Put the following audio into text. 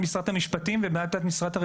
ומה עמדת משרד המשפטים,